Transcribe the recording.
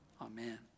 Amen